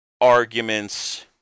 arguments